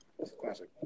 Classic